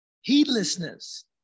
heedlessness